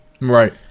Right